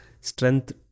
strength